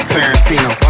Tarantino